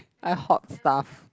I hoard stuff